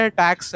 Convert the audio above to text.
tax